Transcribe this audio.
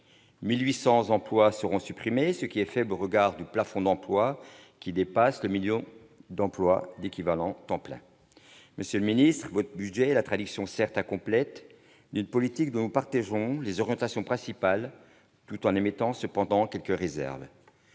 1 800 emplois, ce qui est faible au regard du plafond d'emplois, qui dépasse le million d'équivalents temps plein. Monsieur le ministre, votre budget est la traduction, certes incomplète, d'une politique dont nous partageons les orientations principales, tout en émettant cependant quelques réserves.